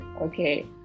Okay